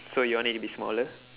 so you want it to be smaller